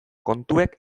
kontuek